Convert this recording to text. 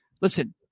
listen